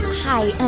hi.